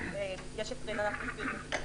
לשאר השאלות יש את רננה שתסביר.